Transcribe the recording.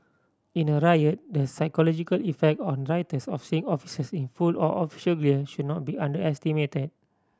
in a riot the psychological effect on rioters of seeing officers in full or official gear should not be underestimated